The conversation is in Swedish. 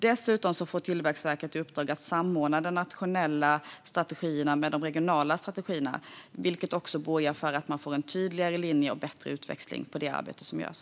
Dessutom får Tillväxtverket i uppdrag att samordna den nationella strategin med de regionala strategierna, vilket borgar för en tydligare linje och bättre utväxling på det arbete som görs.